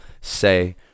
say